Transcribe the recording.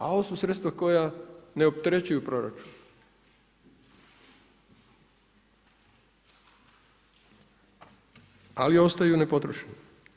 A ovo su sredstva koja ne opterećuju proračun ali ostaju nepotrošena.